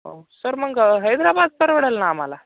हो सर मग हैदराबाद परवडंल ना आम्हाला